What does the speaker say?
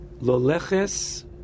l'oleches